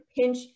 pinch